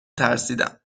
ترسیدم